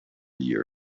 year